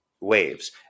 waves